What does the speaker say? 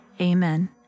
Amen